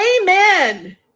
Amen